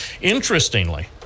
interestingly